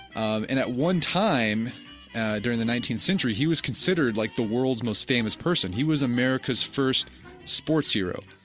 um and at one time during the nineteenth century, he was considered like the world's most famous person. he was america's first sports hero.